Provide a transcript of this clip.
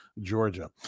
Georgia